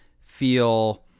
feel